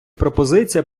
пропозиція